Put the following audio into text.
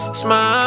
smile